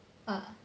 uh